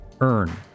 earn